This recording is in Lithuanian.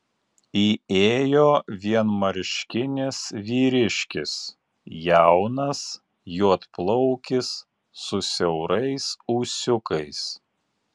įėjo vienmarškinis vyriškis jaunas juodplaukis su siaurais ūsiukais